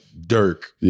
Dirk